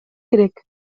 керек